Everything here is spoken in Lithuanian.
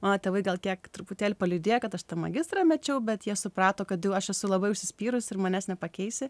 mano tėvai gal kiek truputėlį paliūdėjo kad aš tą magistrą mečiau bet jie suprato kad jau aš esu labai užsispyrus ir manęs nepakeisi